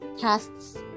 casts